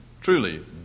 truly